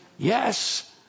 Yes